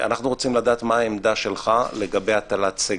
אנחנו רוצים לדעת מה העמדה שלך לגבי הטלת סגר,